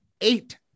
eight